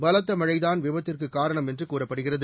பலத்த மழைதான் விபத்திற்கு காரணம் என்று கூறப்படுகிறது